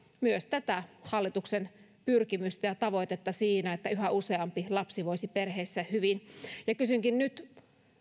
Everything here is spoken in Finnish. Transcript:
myös tätä hallituksen pyrkimystä ja tavoitetta siinä että yhä useampi lapsi voisi perheessä hyvin kysynkin nyt